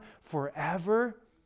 forever